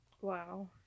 Wow